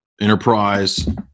Enterprise